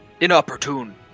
inopportune